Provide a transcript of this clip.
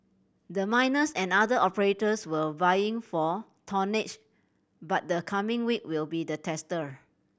the miners and other operators were vying for tonnage but the coming week will be the tester